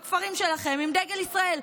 בכפרים שלכם עם דגל ישראל,